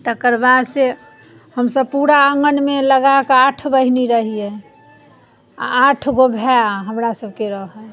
तकर बाद से हमसब पूरा आँगनमे लगाके आठ बहिन रहियै आ आठ गो भैआ हमरा सबके रहय